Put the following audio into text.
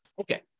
okay